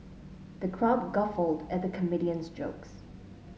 the crowd guffawed at the comedian's jokes